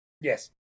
Yes